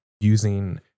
using